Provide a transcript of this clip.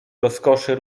rozkoszy